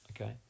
okay